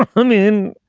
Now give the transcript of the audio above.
i mean,